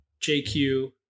JQ